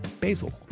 basil